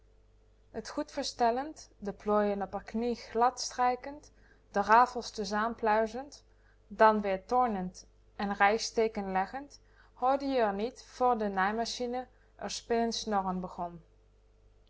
t goed verstellend de plooien op r knie gladstrijkend de rafels tezaam pluizend dan weer tornend en rijgsteken leggend hoorde je r niet voor de naaimachine r spinnend snorren begon